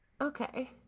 Okay